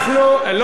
שיגידו לך תודה?